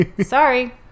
Sorry